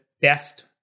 best